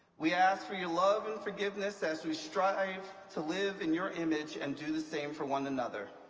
we ask for your love and forgiveness as we strive to live in your image and do the same for one another.